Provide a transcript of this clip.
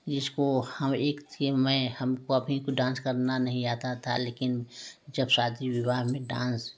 जिसको हम एक थी मैं हमको अभी को डांस करना नहीं आता था लेकिन जब शादी विवाह में डांस